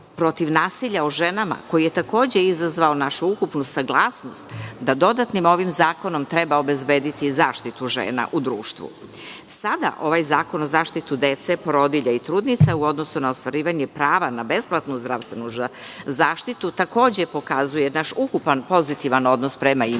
protiv nasilja o ženama, koji je takođe izazvao našu ukupnu saglasnost da ovim dodatnim zakonom treba obezbediti zaštitu žena u društvu. Sada ovaj zakon o zaštiti dece, porodilja i trudnica u odnosu na ostvarivanje prava na besplatnu zdravstvenu zaštitu, takođe pokazuje naš ukupan pozitivan odnos prema